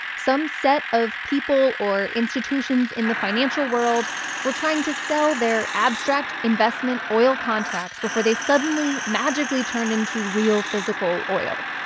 some set of people or institutions in the financial world were trying to sell their abstract investment oil contracts before they suddenly magically turned into real, physical oil.